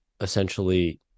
essentially